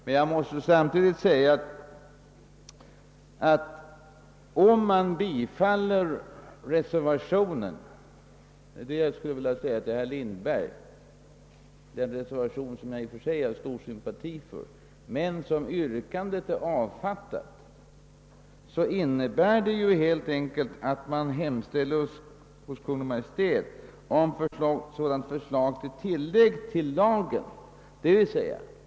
Som jag nämnde har jag i och för sig stor sympati för reservationen, men, herr Lindberg, som yrkandet är avfattat innebär ett bifall till reservationen helt enkelt att riksdagen hemställer hos Kungl. Maj:t om ett förslag till tillägg till lagen.